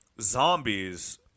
zombies